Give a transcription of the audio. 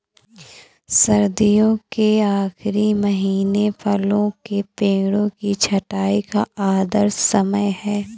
सर्दियों के आखिरी महीने फलों के पेड़ों की छंटाई का आदर्श समय है